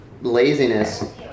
laziness